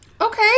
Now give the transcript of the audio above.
Okay